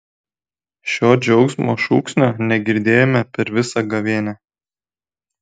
šio džiaugsmo šūksnio negirdėjome per visą gavėnią